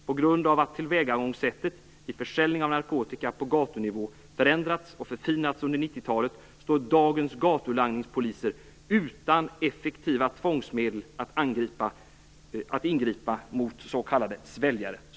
På grund av att tillvägagångssättet vid försäljning av narkotika på gatunivå förändrats och förfinats under 1990-talet står dagens gatulangningspoliser utan effektiva tvångsmedel att ingripa mot s.k. sväljare."